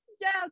yes